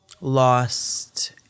lost